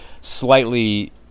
slightly